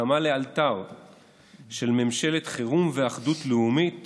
הקמה לאלתר של ממשלת חירום ואחרות לאומית